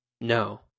No